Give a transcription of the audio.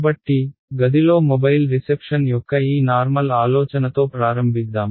కాబట్టి గదిలో mobile reception యొక్క ఈ నార్మల్ ఆలోచనతో ప్రారంభిద్దాం